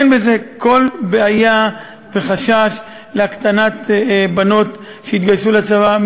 אין בזה כל בעיה וחשש להקטנת מספר הבנות שיתגייסו לצבא.